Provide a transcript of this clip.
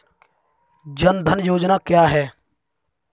जनधन योजना क्या है?